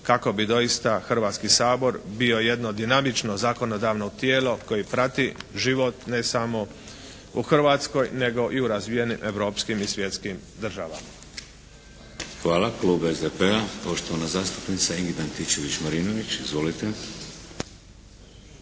kako bi doista Hrvatski sabor bio jedno dinamično zakonodavno tijelo koje prati život ne samo u Hrvatskoj nego i u razvijenim europskim i svjetskim državama. **Šeks, Vladimir (HDZ)** Hvala. Klub SDP-a, poštovana zastupnica Ingrid Antičević Marinović.